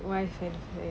wife and